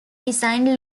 designed